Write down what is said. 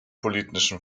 politischen